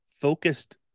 focused